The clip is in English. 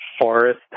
forest